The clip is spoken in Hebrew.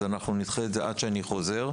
אז אנחנו נדחה את זה עד שאני חוזר.